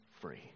free